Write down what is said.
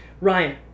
Ryan